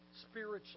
spiritually